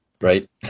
right